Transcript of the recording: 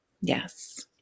yes